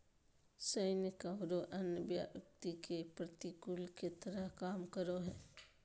सैनिक औरो अन्य व्यक्ति के प्रतिकूल के तरह काम करो हइ